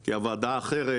כי הוועדה האחרת,